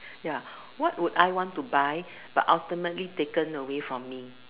ya what would I want to buy but ultimately taken away from me